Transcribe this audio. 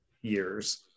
years